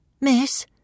Miss